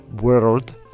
world